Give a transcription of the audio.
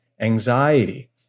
anxiety